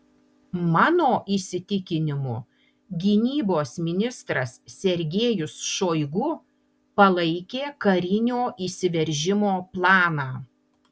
mano įsitikinimu gynybos ministras sergejus šoigu palaikė karinio įsiveržimo planą